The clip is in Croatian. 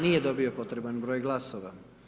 Nije dobio potreban broj glasova.